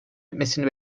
etmesini